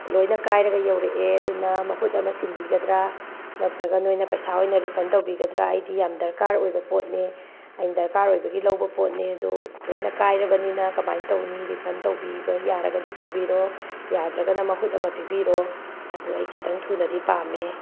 ꯂꯣꯏꯅ ꯀꯥꯏꯔꯒ ꯌꯧꯔꯛꯑꯦ ꯑꯗꯨꯅ ꯃꯍꯨꯠ ꯑꯃ ꯁꯤꯟꯕꯤꯒꯗ꯭ꯔꯥ ꯅꯠꯇ꯭ꯔꯒ ꯅꯣꯏꯅ ꯄꯩꯁꯥ ꯑꯣꯏꯅ ꯔꯤꯐꯟ ꯇꯧꯕꯤꯒꯗ꯭ꯔꯥ ꯑꯩꯗꯤ ꯌꯥꯝ ꯗꯔꯀꯥꯔ ꯑꯣꯏꯕ ꯄꯣꯠꯅꯦ ꯑꯩꯅ ꯗꯔꯀꯥꯔ ꯑꯣꯏꯕꯒꯤ ꯂꯧꯕ ꯄꯣꯠꯅꯦ ꯑꯗꯣ ꯂꯣꯏꯅ ꯀꯥꯏꯔꯕꯅꯤꯅ ꯀꯃꯥꯏꯅ ꯇꯧꯅꯤ ꯔꯤꯐꯟ ꯇꯧꯕꯤꯕ ꯌꯥꯔꯒꯗꯤ ꯇꯧꯕꯤꯔꯣ ꯌꯥꯗ꯭ꯔꯒꯅ ꯃꯍꯨꯠ ꯑꯃ ꯄꯤꯕꯤꯔꯣ ꯑꯗꯨ ꯑꯩ ꯈꯤꯇꯪ ꯊꯨꯅꯗꯤ ꯄꯥꯝꯃꯦ